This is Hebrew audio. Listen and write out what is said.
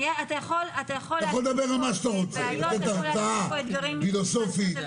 אתה יכול לדבר על מה שאתה רוצה; לתת הרצאה פילוסופית,